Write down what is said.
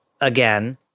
again